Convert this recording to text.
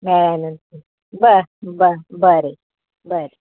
बरें ब ब बरें बरें